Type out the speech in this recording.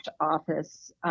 Office